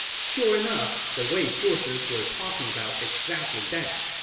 sure enough, the wei forces were talking about exactly that.